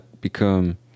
become